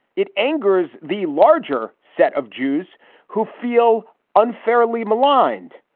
it angers the larger set of jews who feel unfairly maligned.